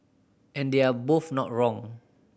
and they're both not wrong